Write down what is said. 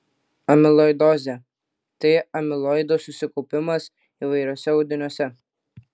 amiloidozė tai amiloido susikaupimas įvairiuose audiniuose